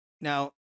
Now